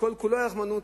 שכל כולו רחמנות,